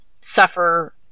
suffer